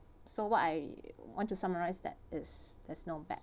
so what I want to summarise that is there's no bad